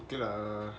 okay lah